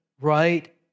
right